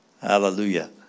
Hallelujah